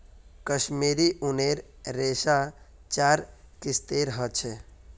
कश्मीरी ऊनेर रेशा चार किस्मेर ह छे